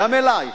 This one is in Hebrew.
גם אלייך,